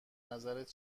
نظرت